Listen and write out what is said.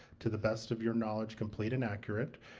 to the best of your knowledge, complete and accurate.